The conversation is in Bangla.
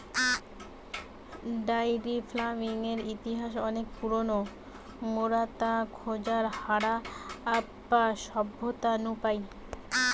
ডায়েরি ফার্মিংয়ের ইতিহাস অনেক পুরোনো, মোরা তার খোঁজ হারাপ্পা সভ্যতা নু পাই